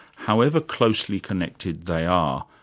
however closely connected they are,